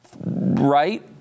right